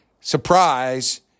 Surprise